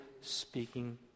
speaking